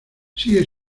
sigue